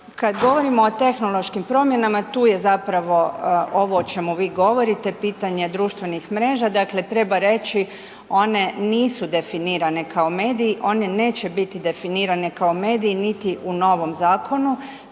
Kad govorimo o tehnološkim promjenama tu je zapravo ovo o čemu vi govorite, pitanje društvenih mreža. Dakle treba reći one nisu definirane kao mediji, one neće biti definirane kao mediji niti u novom zakonu,